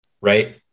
Right